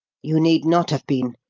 you need not have been,